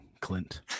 Clint